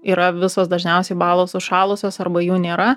yra visos dažniausiai balos užšalusios arba jų nėra